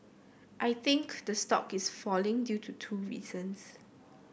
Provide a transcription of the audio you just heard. I think the stock is falling due to two reasons